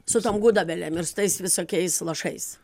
su tom gudobelėm ir su tais visokiais lašais